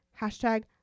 Hashtag